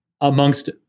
amongst